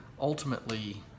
ultimately